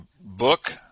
book